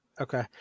Okay